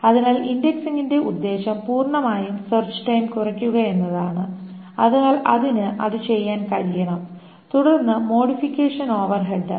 അതിനാൽ ഇൻഡെക്സിംഗിന്റെ ഉദ്ദേശം പൂർണമായും സെർച്ച് ടൈം കുറയ്ക്കുക എന്നതാണ് അതിനാൽ അതിനു അത് ചെയ്യാൻ കഴിയണം തുടർന്ന് മോഡിഫിക്കേഷൻ ഓവർഹെഡ്